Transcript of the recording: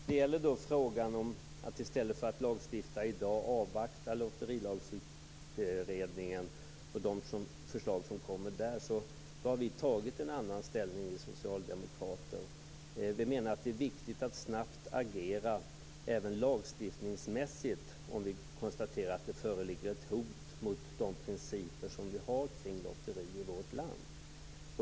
Fru talman! I frågan att, i stället för att lagstifta i dag, avvakta Lotterilagsutredningen och de förslag som kommer där har vi socialdemokrater tagit en annan ställning. Vi menar att det är viktigt att snabbt agera även lagstiftningsmässigt om vi konstaterar att det föreligger ett hot mot de principer som vi har kring lotterier i vårt land.